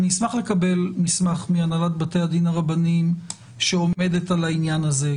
אני אשמח לקבל מסמך מהנהלת בתי הדין הרבניים שעומדת על העניין הזה.